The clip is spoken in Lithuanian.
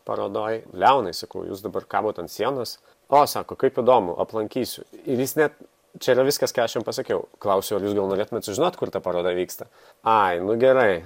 parodoj leonai sakau jūs dabar kabot ant sienos o sako kaip įdomu aplankysiu ir jis net čia yra viskas ką aš jam pasakiau klausiu gal norėtumėt sužinot kur ta paroda vyksta ai nu gerai